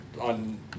on